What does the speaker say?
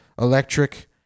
electric